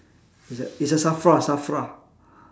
it's at it's a SAFRA SAFRA